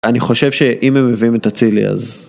אני חושב שאם הם מביאים את אצילי אז...